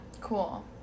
Cool